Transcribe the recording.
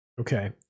Okay